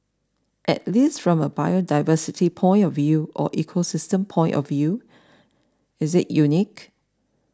at least from a biodiversity point of view or ecosystem point of view is it unique